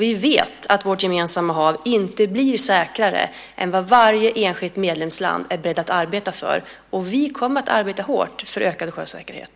Vi vet att vårt gemensamma hav inte blir säkrare än vad varje enskilt medlemsland är berett att arbeta för. Vi kommer att arbeta hårt för ökad sjösäkerhet.